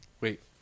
Wait